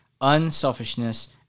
unselfishness